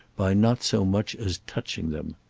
by not so much as touching them.